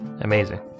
Amazing